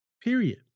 Period